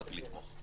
באתי לתמוך.